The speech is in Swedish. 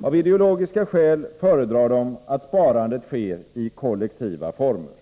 Av ideologiska skäl föredrar de att sparandet sker i kollektiva former.